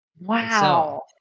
Wow